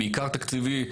בעיקר תקציבי,